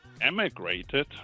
emigrated